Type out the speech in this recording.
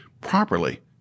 properly